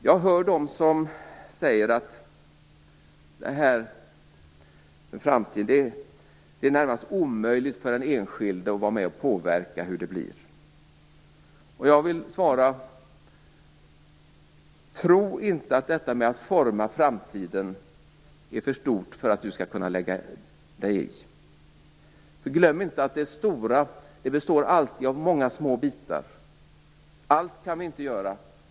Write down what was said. Jag hör människor säga att det är närmast omöjligt för den enskilde att vara med och påverka hur det blir i framtiden. Jag vill svara: Tro inte att detta med att forma framtiden är för stort för att du skall kunna lägga dig i. Glöm inte att det stora alltid består av många små bitar. Allt kan vi inte göra.